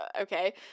okay